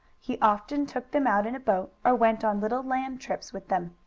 he often took them out in a boat, or went on little land-trips with them.